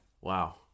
Wow